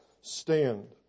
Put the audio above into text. stand